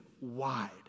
wide